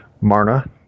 Marna